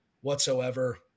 whatsoever